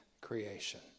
creation